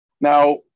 Now